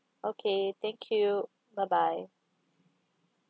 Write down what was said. okay thank you bye bye